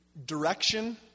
Direction